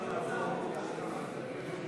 לשנת התקציב 2016, בדבר הפחתת תקציב לא נתקבלו.